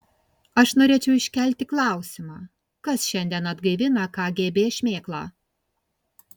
aš norėčiau iškelti klausimą kas šiandien atgaivina kgb šmėklą